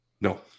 No